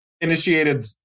initiated